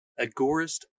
Agorist